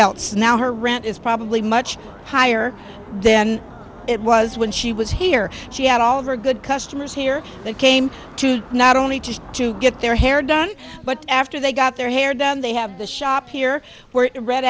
else now her rent is probably much higher then it was when she was here she had all of her good customers here that came to not only just to get their hair done but after they got their hair done they have the shop here where red